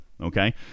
Okay